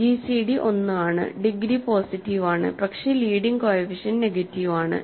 GCD 1 ആണ് degree positive ആണ് പക്ഷേ ലീഡിങ് കോഎഫിഷ്യന്റ് നെഗറ്റീവ് ആണ്